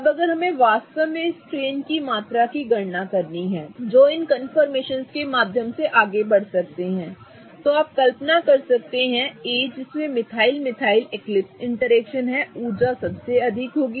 अब अगर हमें वास्तव में उस स्ट्रेन की मात्रा की गणना करनी है जो इन कन्फर्मेशनस के माध्यम से आगे बढ़ सकते हैं तो आप कल्पना कर सकते हैं कि A जिसमें मिथाइल मिथाइल एक्लिप्स इंटरेक्शन ऊर्जा सबसे अधिक होगी